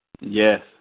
yes